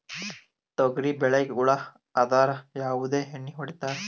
ತೊಗರಿಬೇಳಿಗಿ ಹುಳ ಆದರ ಯಾವದ ಎಣ್ಣಿ ಹೊಡಿತ್ತಾರ?